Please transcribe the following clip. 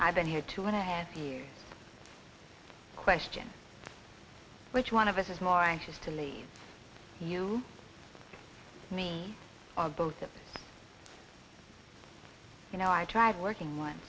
i've been here two and a half years question which one of us is more anxious to leave you me both of you know i tried working on